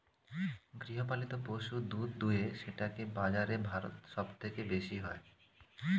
গৃহপালিত পশু দুধ দুয়ে সেটাকে বাজারে ভারত সব থেকে বেশি হয়